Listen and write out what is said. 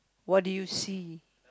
what did you see